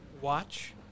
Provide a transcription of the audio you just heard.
watch